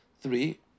Three